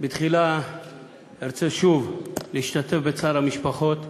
תחילה ארצה שוב להשתתף בצער המשפחות,